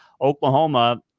Oklahoma